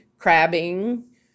crabbing